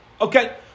okay